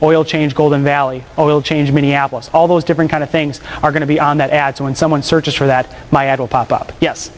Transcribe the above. oil change golden valley oil change minneapolis all those different kind of things are going to be on that ad so when someone searches for that my adult pop up yes